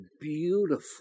beautiful